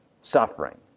suffering